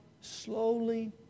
slowly